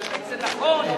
מפני שאם זה נכון,